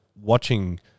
watching